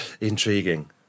intriguing